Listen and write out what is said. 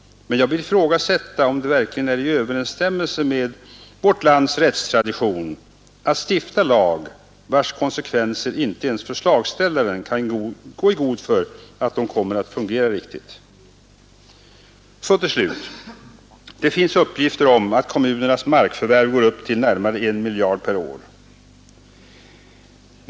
Men jag vill ifrågasätta om det verkligen är i överensstämmelse med vårt lands rättstradition att stifta en lag vars konsekvenser inte ens förslagsställaren kan gå i god för. Det finns uppgifter om att kommunernas markförvärv uppgår till närmare 1 miljard kronor per år.